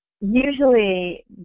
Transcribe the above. usually